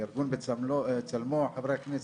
ארגון בצלמו, חברי כנסת,